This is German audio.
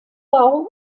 bau